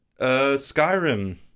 skyrim